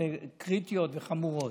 קריטיות וחמורות.